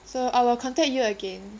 so I will contact you again